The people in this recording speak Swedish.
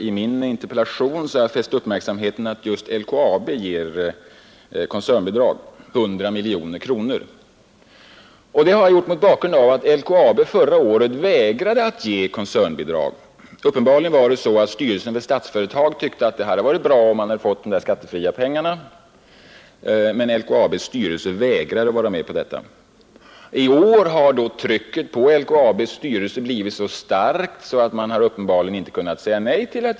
I min interpellation har jag fäst uppmärksamheten på att LKAB ger inte mindre än 100 miljoner kronor i koncernbidrag. Förra året vägrade LKAB att ge koncernbidrag. I år har trycket på LKAB:s styrelse blivit så starkt att man uppenbarligen inte kunnat säga nej.